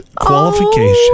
qualification